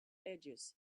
edges